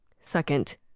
second